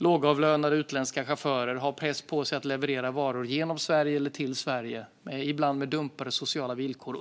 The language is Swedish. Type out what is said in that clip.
Lågavlönade, utländska chaufförer har press på sig att leverera varor genom eller till Sverige, ibland med dumpade sociala villkor.